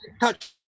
touch